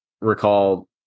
recall